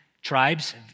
Tribes